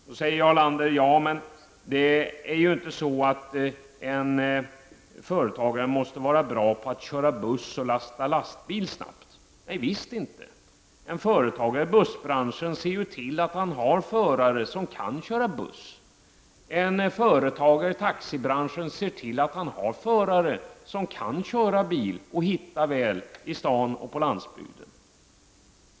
Då säger Jarl Lander: Ja, men en företagare måste ju inte vara bra på att köra buss eller lasta en lastbil snabbt. Visst inte. En företagare i bussbranschen ser ju till att han har förare som kan köra buss, och en företagare i taxibranschen ser till att han har förare som kan köra bil och hitta väl i staden och på landsbygden.